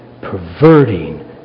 perverting